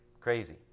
Crazy